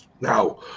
Now